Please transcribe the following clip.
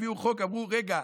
הביאו חוק ואמרו: רגע,